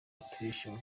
autriche